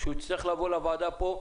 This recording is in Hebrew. שהוא יצטרך לבוא לוועדה פה,